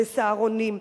ב"סהרונים".